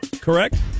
correct